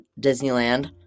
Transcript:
Disneyland